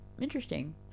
Interesting